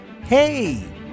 Hey